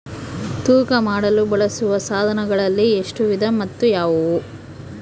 ತೂಕ ಮಾಡಲು ಬಳಸುವ ಸಾಧನಗಳಲ್ಲಿ ಎಷ್ಟು ವಿಧ ಮತ್ತು ಯಾವುವು?